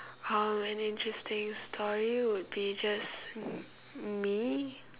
how my interesting story would be just me